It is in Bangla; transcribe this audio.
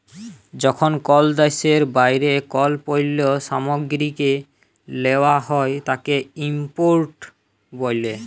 যখন কল দ্যাশের বাইরে কল পল্য সামগ্রীকে লেওয়া হ্যয় তাকে ইম্পোর্ট ব্যলে